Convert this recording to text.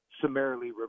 summarily